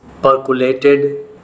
percolated